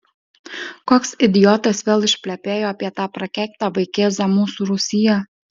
koks idiotas vėl išplepėjo apie tą prakeiktą vaikėzą mūsų rūsyje